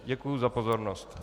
Děkuji za pozornost.